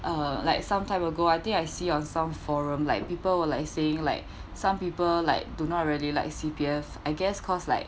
uh like some time ago I think I see on some forum like people were like saying like some people like do not really like C_P_F I guess because like